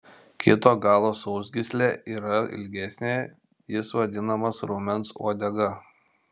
kito galo sausgyslė yra ilgesnė jis vadinamas raumens uodega